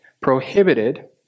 prohibited